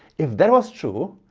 if that was true,